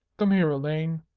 come here, elaine.